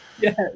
Yes